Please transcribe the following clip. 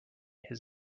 his